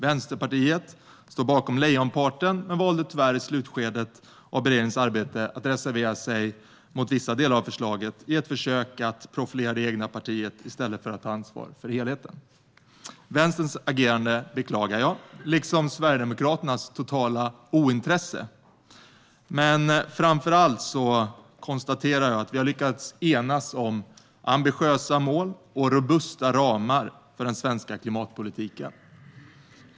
Vänsterpartiet står bakom lejonparten, men valde tyvärr i slutskedet av beredningens arbete att reservera sig mot vissa delar av förslaget i ett försök att profilera det egna partiet i stället för att ta ansvar för helheten. Jag beklagar Vänsterns agerande liksom Sverigedemokraternas totala ointresse. Men framför allt konstaterar jag att vi har lyckats enas om ambitiösa mål och robusta ramar för den svenska klimatpolitiken.